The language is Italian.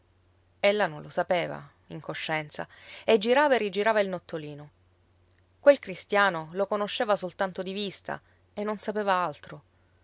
ella non lo sapeva in coscienza e girava e rigirava il nottolino quel cristiano lo conosceva soltanto di vista e non sapeva altro